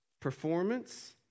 performance